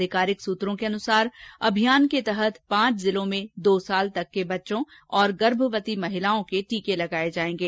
अधिकारिक सूत्रो के अनुसार अभियान के तहत पांच जिलों में दो वर्ष तक के बच्चों और गर्भवती महिलाओं के टीके लगाये जायेंगे